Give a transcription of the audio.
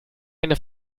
eine